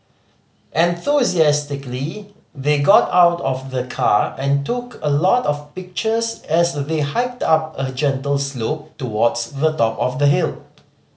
enthusiastically they got out of the car and took a lot of pictures as they hiked up a gentle slope towards the top of the hill